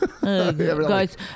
Guys